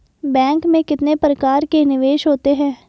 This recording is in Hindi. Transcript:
बैंक में कितने प्रकार के निवेश होते हैं?